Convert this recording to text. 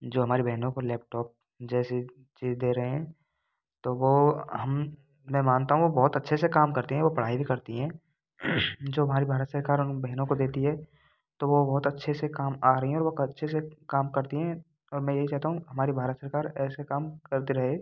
जो हमारी बहनों को लैपटॉप जैसे जे दे रहे हैं तो वह हम मैं मानता हूँ वो बहुत अच्छे से काम करती हैं वो पढ़ाई भी करती हैं जो हमारी भारत सरकार उन बहनों को देती है तो वो बहुत अच्छे से काम आ रही हैं और वह अच्छे से काम करती हैं और मैं यही चाहता हूँ हमारी भारत सरकार ऐसे काम करती रहे